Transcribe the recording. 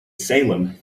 salem